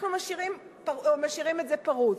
אנחנו משאירים את זה פרוץ.